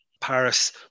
Paris